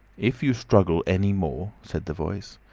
if you struggle any more, said the voice,